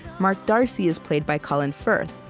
mark darcy is played by colin firth,